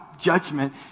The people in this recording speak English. judgment